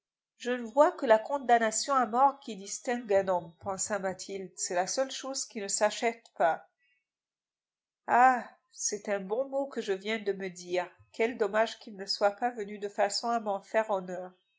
je ne vois que la condamnation à mort qui distingue un homme pensa mathilde c'est la seule chose qui ne s'achète pas ah c'est un bon mot que je viens de me dire quel dommage qu'il ne soit pas venu de façon à m'en faire honneur